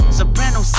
Soprano